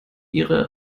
ihre